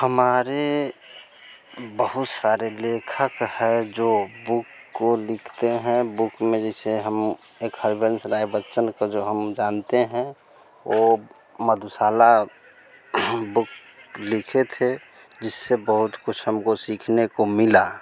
हमारे बहुत सारे लेखक हैं जो बुक को लिखते हैं बुक में जैसे हम एक हरिवंश राय बच्चन का जो हम जानते हैं वो मधुशाला बुक लिखे थे जिससे बहुत कुछ हमको सीखने को मिला